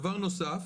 דבר נוסף,